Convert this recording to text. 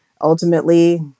ultimately